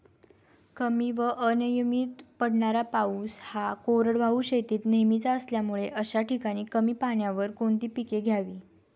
कमी व अनियमित पडणारा पाऊस हा कोरडवाहू शेतीत नेहमीचा असल्यामुळे अशा ठिकाणी कमी पाण्यावर कोणती पिके घ्यावी?